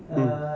mm